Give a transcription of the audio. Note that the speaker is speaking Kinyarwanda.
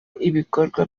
ibikorwa